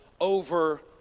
over